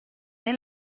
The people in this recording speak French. est